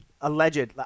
Alleged